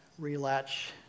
relatch